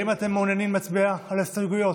האם אתם מעוניינים להצביע על ההסתייגויות?